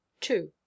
Two